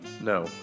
No